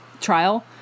trial